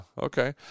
okay